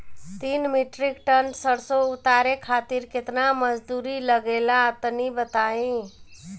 तीन metric tonne सरसो उतारे खातिर केतना मजदूरी लगे ला तनि बताई?